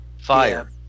Fire